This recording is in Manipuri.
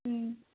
ꯎꯝ